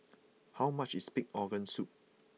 how much is Pig Organ Soup